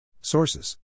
Sources